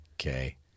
okay